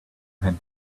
can